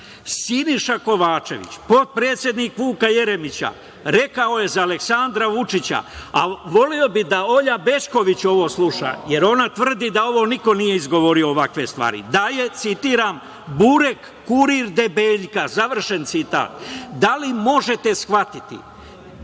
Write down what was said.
Siniša Kovačević, potpredsednik Vuka Jeremića rekao je za Aleksandra Vučića, ali voleo bih da Olja Bećković ovo sluša, jer ona tvrdi da ovo niko nije izgovorio ovakve stvari. Da je citiram – burek kurir debeljka, završen citat. Da li možete shvatiti